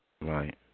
Right